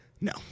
No